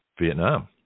Vietnam